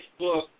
Facebook